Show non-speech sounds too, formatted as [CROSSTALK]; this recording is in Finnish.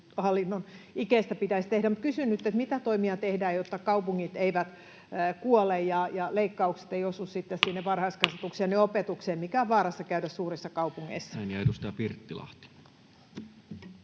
että mitä toimia tehdään, jotta kaupungit eivät kuole ja leikkaukset eivät osu sitten sinne [NOISE] varhaiskasvatukseen ja opetukseen, mikä on vaarassa käydä suurissa kaupungeissa.